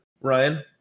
Ryan